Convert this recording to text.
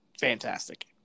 fantastic